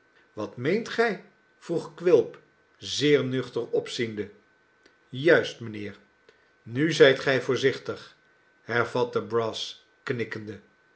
wat meent gij vroeg quilp zeernuchter opziende juist mijnheer nu zijt gij voorzichtig hervatte brass